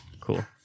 Cool